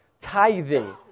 tithing